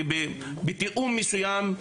בתיאום מסוים,